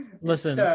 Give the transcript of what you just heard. listen